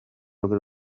rwe